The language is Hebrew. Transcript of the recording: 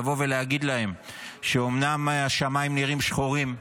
לבוא ולהגיד להן שאומנם השמיים נראים שחורים,